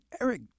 Eric